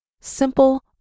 simple